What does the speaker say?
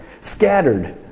scattered